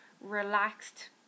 relaxed